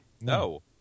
No